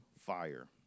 fire